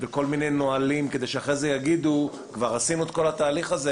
וכל מיני נהלים כדי שאחרי זה יגידו: כבר עשינו את כל התהליך הזה,